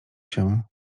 się